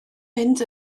mynd